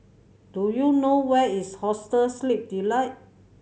do you know where is Hostel Sleep Delight